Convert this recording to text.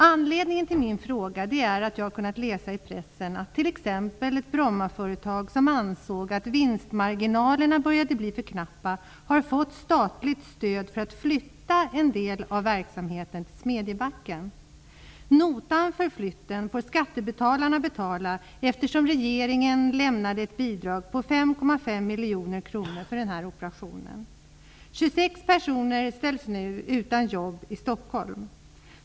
Anledningen till min fråga är att jag har kunnat läsa i pressen att t.ex. ett Brommaföretag som ansåg att vinstmarginalerna började bli för knappa har fått statligt stöd för att flytta en del av verksamheten till Smedjebacken. Notan för flytten får skattebetalarna betala, eftersom regeringen lämnade ett bidrag på 5,5 miljoner kronor för denna operation. 26 personer ställs nu utan jobb i Stockholm.